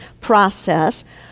process